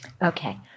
Okay